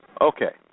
Okay